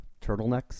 turtlenecks